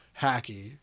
hacky